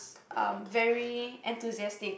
um very enthusiastic